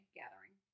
gathering